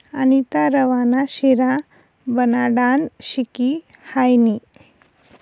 अनीता रवा ना शिरा बनाडानं शिकी हायनी